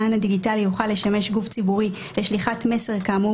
המען הדיגיטלי יוכל לשמש גוף ציבורי לשליחת מסר כאמור